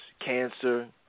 cancer